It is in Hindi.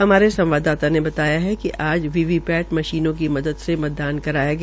हमारे संवाददाता ने बताया कि आज वी वी पैट मशीनों की मदद से मतदान कराया गया